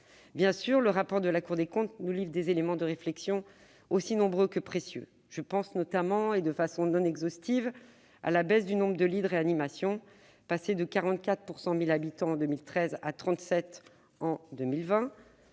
évidemment, le rapport de la Cour des comptes nous livre des éléments de réflexion aussi nombreux que précieux. Je pense notamment, et de façon non exhaustive, à la baisse du nombre de lits de réanimation, passé de 44 pour 100 000 habitants en 2013 à 37 en 2020